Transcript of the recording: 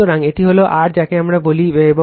সুতরাং এটি হল r যাকে আমরা বলি এবং Van rIa Zy